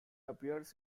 appears